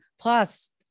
Plus